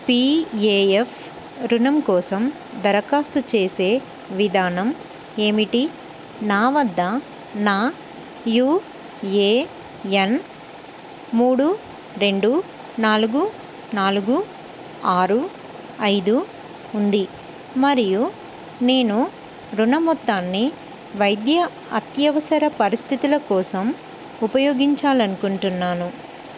PAF రుణం కోసం దరఖాస్తు చేసే విధానం ఏమిటి నా వద్ద నా యుఏఎన్ మూడు రెండు నాలుగు నాలుగు ఆరు ఐదు ఉంది మరియు నేను రుణ మొత్తాన్ని వైద్య అత్యవసర పరిస్థితుల కోసం ఉపయోగించాలి అనుకుంటున్నాను